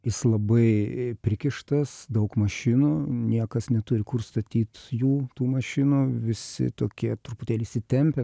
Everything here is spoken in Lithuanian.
jis labai prikištas daug mašinų niekas neturi kur statyt jų tų mašinų visi tokie truputėlį įsitempę